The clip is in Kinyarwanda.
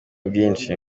bwinshi